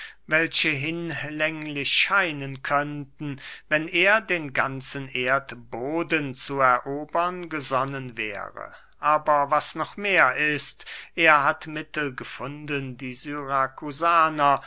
welche hinlänglich scheinen könnten wenn er den ganzen erdboden zu erobern gesonnen wäre aber was noch mehr ist er hat mittel gefunden die